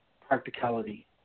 practicality